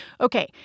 Okay